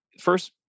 first